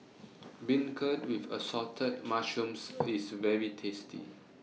Beancurd with Assorted Mushrooms IS very tasty